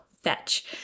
Fetch